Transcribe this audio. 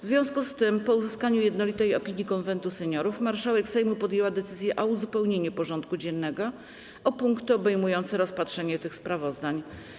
W związku z tym, po uzyskaniu jednolitej opinii Konwentu Seniorów, marszałek Sejmu podjęła decyzję o uzupełnieniu porządku dziennego o punkty obejmujące rozpatrzenie tych sprawozdań.